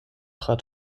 trat